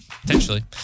Potentially